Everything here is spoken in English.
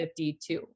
52